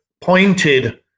pointed